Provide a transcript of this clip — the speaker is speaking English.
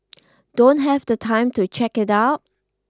don't have the time to check it out